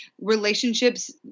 relationships